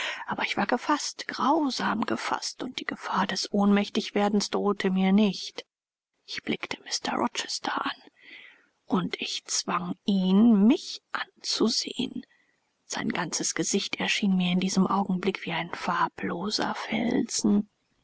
aber ich war gefaßt grausam gefaßt und die gefahr des ohnmächtigwerdens drohte mir nicht ich blickte mr rochester an und ich zwang ihn mich anzusehen sein ganzes gesicht erschien mir in diesem augenblick wie ein farbloser felsen